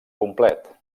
complet